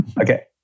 okay